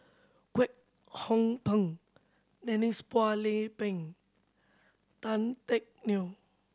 Kwek Hong Png Denise Phua Lay Peng Tan Teck Neo